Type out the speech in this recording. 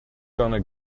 gonna